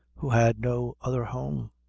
who had no other-home